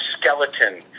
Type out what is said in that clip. skeleton